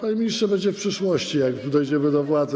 Panie ministrze” będzie w przyszłości, jak dojdziemy do władzy.